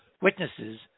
witnesses